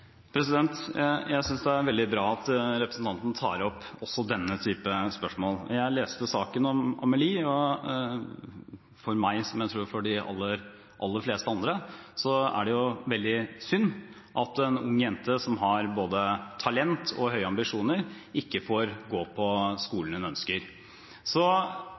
Jeg synes det er veldig bra at representanten tar opp også denne typen spørsmål. Jeg leste saken om Amelie, og for meg, som jeg tror det er for de aller fleste andre, er det veldig synd at en ung jente som har både talent og høye ambisjoner, ikke får gå på den skolen hun ønsker. Så